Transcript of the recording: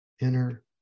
inner